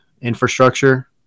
infrastructure